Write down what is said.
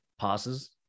passes